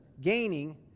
gaining